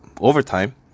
overtime